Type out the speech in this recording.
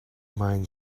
mind